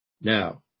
Now